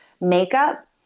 makeup